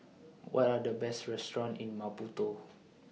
What Are The Best Restaurant in Maputo